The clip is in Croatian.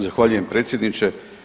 Zahvaljujem predsjedniče.